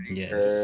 yes